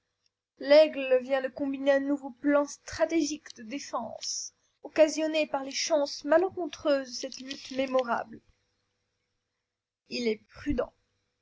l'aigle vient de combiner un nouveau plan stratégique de défense occasionné par les chances malencontreuses de cette lutte mémorable il est prudent